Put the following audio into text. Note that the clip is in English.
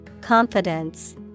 Confidence